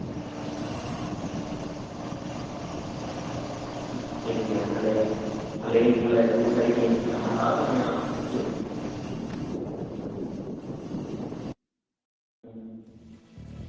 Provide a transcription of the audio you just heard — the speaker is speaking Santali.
ᱦᱩᱸ ᱴᱷᱤᱠᱜᱮᱭᱟ ᱛᱟᱞᱦᱮ ᱛᱟᱞᱦᱮ ᱤᱧ ᱠᱩᱲᱤ ᱛᱟᱨᱤᱠᱤᱧ ᱦᱟᱛᱟᱣᱫᱟ ᱤᱭᱟᱹ ᱦᱩᱸ